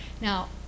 Now